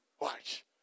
Watch